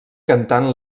cantant